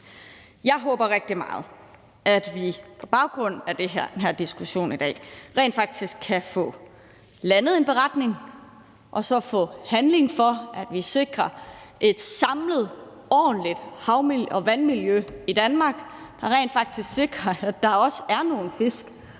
Jeg håber rigtig meget, at vi på baggrund af den her diskussion i dag rent faktisk kan få landet en beretning og få handlet på at sikre et samlet, ordentligt hav- og vandmiljø i Danmark, så vi rent faktisk sikrer, at der også er nogle fisk